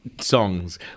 songs